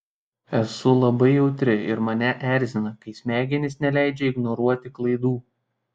esu labai jautri ir mane erzina kai smegenys neleidžia ignoruoti klaidų